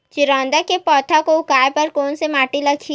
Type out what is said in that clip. चिरैता के पौधा को उगाए बर कोन से माटी लगही?